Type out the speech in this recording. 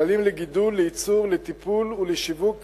כללים לגידול, לייצור, לטיפול ולשיווק